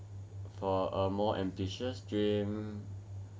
for a more ambitious dream